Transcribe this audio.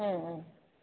ꯎꯝ ꯎꯝ